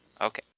Okay